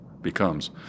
becomes